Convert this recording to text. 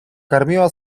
karmiła